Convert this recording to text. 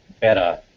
better